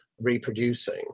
reproducing